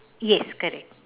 yes correct